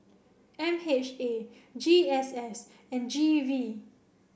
M H A G S S and G V